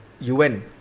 UN